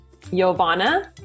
Yovana